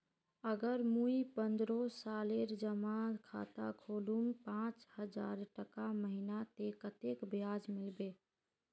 अगर मुई पन्द्रोह सालेर जमा खाता खोलूम पाँच हजारटका महीना ते कतेक ब्याज मिलबे?